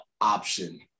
option